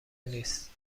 نیست